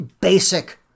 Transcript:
basic